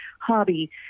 hobby